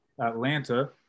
Atlanta